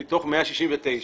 -- מתוך 169,